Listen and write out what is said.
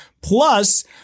Plus